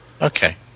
Okay